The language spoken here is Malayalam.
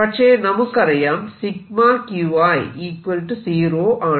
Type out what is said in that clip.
പക്ഷെ നമുക്കറിയാം Q i 0 ആണെന്ന്